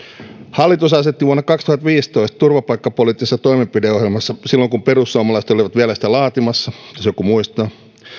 hallitus asetti vuonna kaksituhattaviisitoista turvapaikkapoliittisessa toimenpideohjelmassa silloin kun perussuomalaiset olivat vielä sitä laatimassa jos joku muistaa